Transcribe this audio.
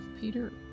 Peter